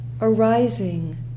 arising